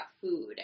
food